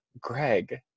Greg